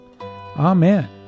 Amen